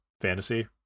fantasy